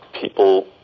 people